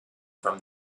from